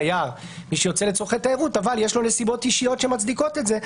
מי שיוצא לצורכי תיירות אבל יש לו נסיבות אישיות שמצדיקות את זה,